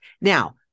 Now